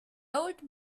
old